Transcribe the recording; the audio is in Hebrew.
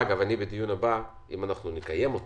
לדיון הבא, אם נקיים אותו,